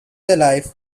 life